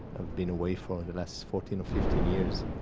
i've been away for the last fourteen or fifteen years.